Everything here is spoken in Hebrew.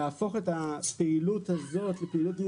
שמדברים על האפשרות לבטל את ההתקשרות אל